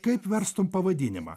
kaip verstum pavadinimą